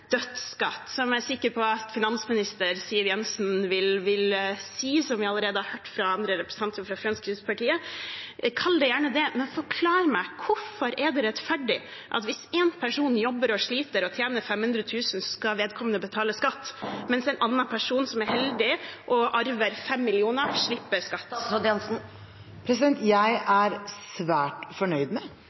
dødsskatt, som jeg er sikker på at finansminister Siv Jensen vil si, og som vi allerede har hørt fra representanter fra Fremskrittspartiet – kall det gjerne det, men forklar meg hvorfor det er rettferdig at når en person jobber og sliter og tjener 500 000 kr, skal vedkommende betale skatt, mens en annen person som er heldig og arver 5 mill. kr, slipper skatt. Jeg er svært fornøyd med